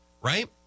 right